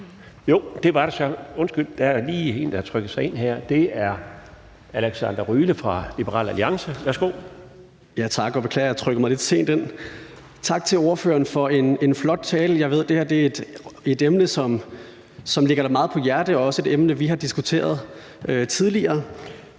det var der søreme. Der er da lige en, der har trykket sig ind her, og det er hr. Alexander Ryle fra Liberal Alliance. Værsgo. Kl. 16:00 Alexander Ryle (LA): Tak. Jeg beklager, at jeg trykkede mig lidt sent ind. Tak til ordføreren for en flot tale. Jeg ved, at det her er et emne, som ligger dig meget på sinde, og det er også et emne, vi har diskuteret tidligere.